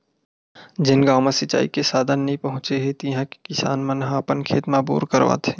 जेन गाँव म सिचई के साधन नइ पहुचे हे तिहा के किसान मन ह अपन खेत म बोर करवाथे